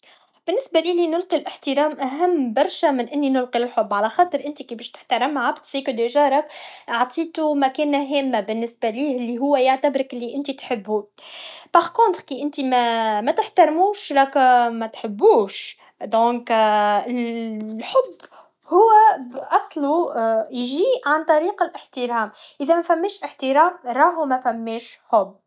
بالنسبه لي نلقي الاحترام اهم برشه من انو نلقي الحب على خاطر انتي باش تحترم عبد سيكو ديجا راك عطيتو مكانه هامه بالنسبه ليه لي هو يعتبرك انك تحبو باغ كونخ كي انتي متحتارموش راك متحبوش دونك الحب هو اصل يجي عن طريق الاحترام اذا مثماش احترام راهو مثماش حب